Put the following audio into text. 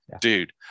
dude